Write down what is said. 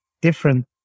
different